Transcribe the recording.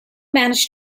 manage